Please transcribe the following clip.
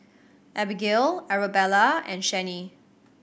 Abigail Arabella and Chanie